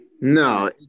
no